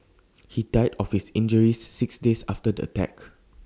he died of his injuries six days after the attack